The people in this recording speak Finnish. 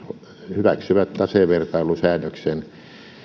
hyväksyvät tasevertailusäännöksen